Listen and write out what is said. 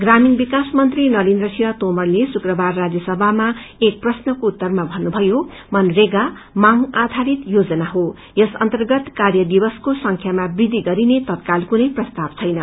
ग्रामीण विकास मंत्री नरेन्द्र सिंह तोमरले श्रुक्रबार राज्यसभामा एक प्रश्नको उत्तरामा भन्नुथयो मनरेगा मांग आधारित योजना हो यस अर्न्तगत कार्य दिवसको संख्यामा वृद्धि गरिने तत्काल कुनै प्रस्ताव छैन